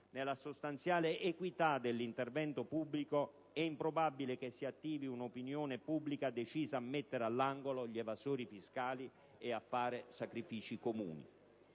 nella sostanziale equità dell'intervento pubblico, è improbabile che si attivi un'opinione pubblica decisa a mettere all'angolo gli evasori fiscali e a fare sacrifici comuni.